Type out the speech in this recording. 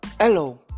Hello